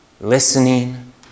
listening